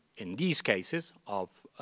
in these cases of